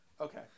Okay